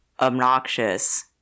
obnoxious